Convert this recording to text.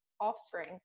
offspring